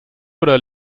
oder